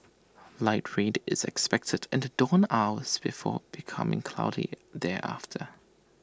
light rain is expected in the dawn hours before becoming cloudy thereafter